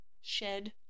shed